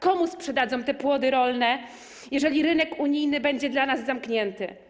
Komu sprzedadzą te płody rolne, jeżeli rynek unijny będzie dla nas zamknięty?